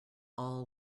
all